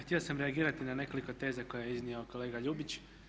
Htio sam reagirati na nekoliko teza koje je iznio kolega Ljubić.